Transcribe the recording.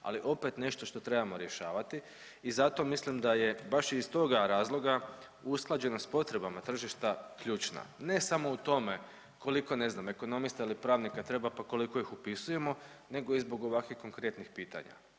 ali opet nešto što trebamo rješavati i zato mislim da je baš iz toga razloga usklađenost s potrebama tržišta ključna, ne samo u tome koliko, ne znam, ekonomista ili pravnika treba, pa koliko ih upisujemo nego i zbog ovakvih konkretnih pitanja